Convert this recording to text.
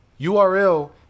URL